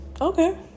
Okay